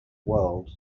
world